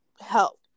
help